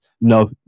No